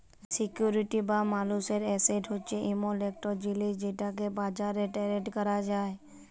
security বা মালুসের asset হছে এমল ইকট জিলিস যেটকে বাজারে টেরেড ক্যরা যায়